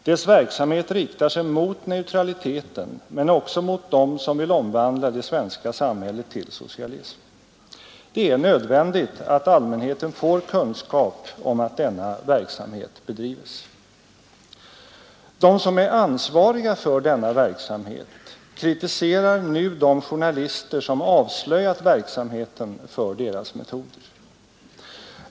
Dess verksamhet riktar sig mot neutraliteten men också mot dem som vill omvandla det svenska samhället till socialism. Det är nödvändigt att allmänheten får kunskap om att denna verksamhet bedrivs. De som är ansvariga för denna verksamhet kritiserar nu de journalister, som avslöjat verksamheten, för deras metoder.